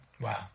Wow